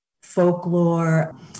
folklore